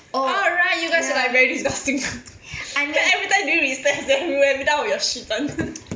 ah right you guys were like very disgusting then every time during recess we will be done with your shit [one]